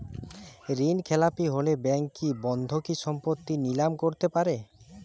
ঋণখেলাপি হলে ব্যাঙ্ক কি বন্ধকি সম্পত্তি নিলাম করতে পারে?